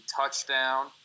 touchdown